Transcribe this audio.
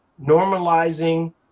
normalizing